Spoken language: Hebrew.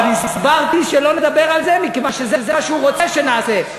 אבל הסברתי שלא נדבר על זה מכיוון שזה מה שהוא רוצה שנעשה.